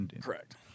Correct